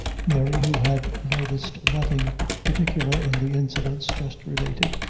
mary, who had noticed nothing particular in the incidents just related,